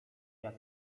jak